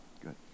good